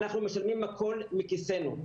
אנחנו משלמים הכול מכיסנו.